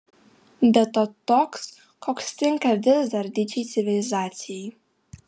be to toks koks tinka vis dar didžiai civilizacijai